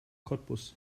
cottbus